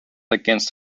against